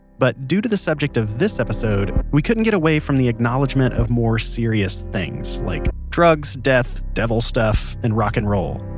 but due to the subject of this episode, we couldn't get away from the acknowledgement of more serious things like drugs, death, devil stuff, and rock and roll.